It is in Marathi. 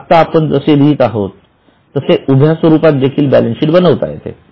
किंवा आता आपण जसे लिहित आहोत तसे उभ्या स्वरूपात देखील बॅलन्स शीट बनवता येते